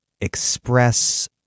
express